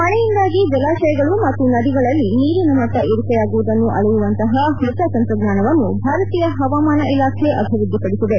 ಮಳೆಯಿಂದಾಗಿ ಜಲಾಶಯಗಳು ಮತ್ತು ನದಿಗಳಲ್ಲಿ ನೀರಿನ ಮಟ್ಟ ಏರಿಕೆಯಾಗುವುದನ್ನು ಅಳೆಯುವಂತಪ ಹೊಸ ತಂತ್ರಜ್ಞಾನವನ್ನು ಭಾರತೀಯ ಹವಾಮಾನ ಇಲಾಖೆ ಅಭಿವೃದ್ದಿಪಡಿಸಿದೆ